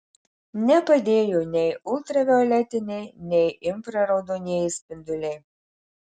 nepadėjo nei ultravioletiniai nei infraraudonieji spinduliai